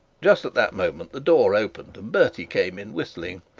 just at that moment the door opened, and bertie came in whistling.